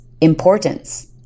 importance